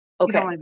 okay